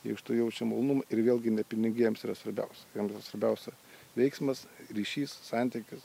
jie iš to jaučia malonumą ir vėlgi ne pinigiai jiems yra svarbiausia jiems yra svarbiausia veiksmas ryšys santykis